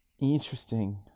Interesting